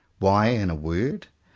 why, in a word,